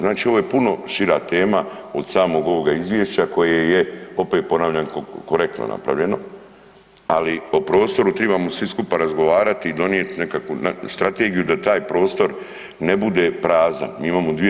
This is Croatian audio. Znači ovo je puno šira tema od samog ovoga izvješća koje je opet ponavljam korektno napravljeno, ali o prostoru tribamo svi skupa razgovarati i donijeti nekakvu strategiju da taj prostor ne bude prazan, mi imamo 2/